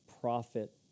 profit